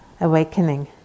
awakening